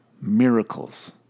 miracles